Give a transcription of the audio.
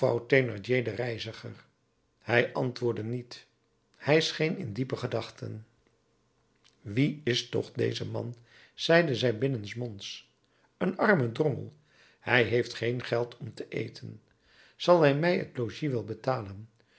den reiziger hij antwoordde niet hij scheen in diepe gedachten wie is toch deze man zeide zij binnensmonds een arme drommel hij heeft geen geld om te eten zal hij mij t logies wel betalen